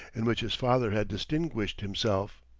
in which his father had distinguished himself.